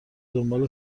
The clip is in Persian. دنبال